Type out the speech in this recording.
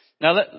now